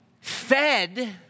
fed